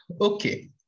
Okay